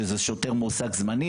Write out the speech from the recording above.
שזה שוטר מועסק זמני,